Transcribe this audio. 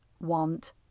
want